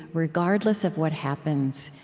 regardless of what happens.